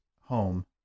home